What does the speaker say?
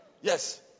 Yes